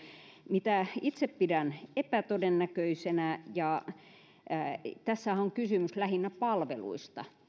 mitä itse pidän epätodennäköisenä tässähän on kysymys lähinnä palveluista